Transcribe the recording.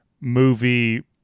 movie